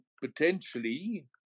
potentially